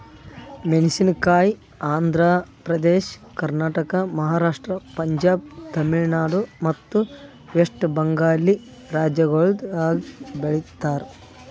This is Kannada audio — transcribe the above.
ಮೇಣಸಿನಕಾಯಿ ಆಂಧ್ರ ಪ್ರದೇಶ, ಕರ್ನಾಟಕ, ಮಹಾರಾಷ್ಟ್ರ, ಪಂಜಾಬ್, ತಮಿಳುನಾಡು ಮತ್ತ ವೆಸ್ಟ್ ಬೆಂಗಾಲ್ ರಾಜ್ಯಗೊಳ್ದಾಗ್ ಬೆಳಿತಾರ್